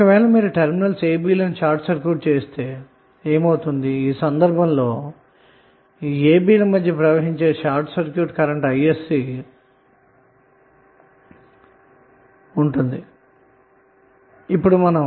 అంటే terminals a b ల మధ్య ప్రవహించే షార్ట్ సర్క్యూట్ కరెంటు isc ఉంటుంది